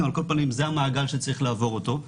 על כל פנים זה המעגל שצריך לעבור אותו.